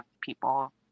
people